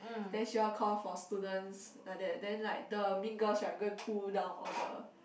then she want to call for students like that then like the mean girls right go and pull down all the